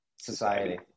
society